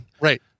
Right